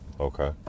okay